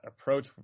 approach